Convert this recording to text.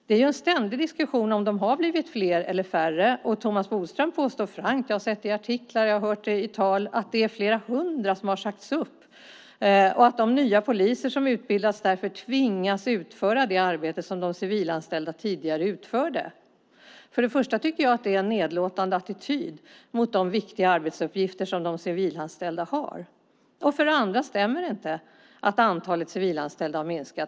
Det är en ständig diskussion om de har blivit fler eller färre. Thomas Bodström påstår frankt - jag har sett det i artiklar och hört det i tal - att det är flera hundra som har sagts upp. De nya poliser som utbildas tvingas därför utföra det arbete som de civilanställda tidigare utförde. För det första tycker jag att det är en nedlåtande attityd till de viktiga arbetsuppgifter som de civilanställda har. För det andra stämmer det inte att antalet civilanställda minskat.